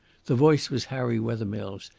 the voice was harry wethermill's,